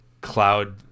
cloud